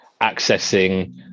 accessing